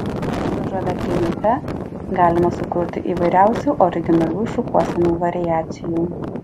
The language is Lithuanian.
su žavia pynute galima sukurti įvairiausių originalių šukuosenų variacijų